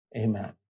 amen